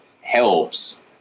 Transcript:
helps